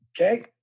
Okay